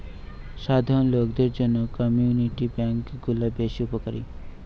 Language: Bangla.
সাধারণ লোকদের জন্য কমিউনিটি বেঙ্ক গুলা বেশ উপকারী